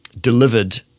delivered